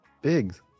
biggs